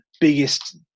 biggest